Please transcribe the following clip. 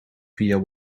via